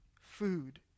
Food